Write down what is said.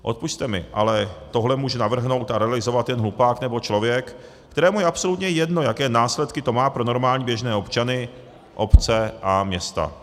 Odpusťte mi, ale tohle může navrhnout a realizovat jen hlupák nebo člověk, kterému je absolutně jedno, jaké následky to má pro normální běžné občany, obce a města.